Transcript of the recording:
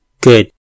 good